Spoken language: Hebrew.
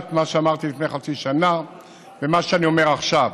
ציטטת מה שאמרתי לפני חצי שנה ומה שאני אומר עכשיו,